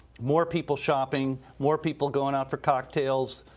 more people shopping, more people going out for cocktails.